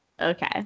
Okay